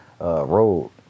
road